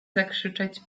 zakrzyczeć